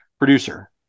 producer